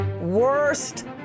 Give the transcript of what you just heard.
Worst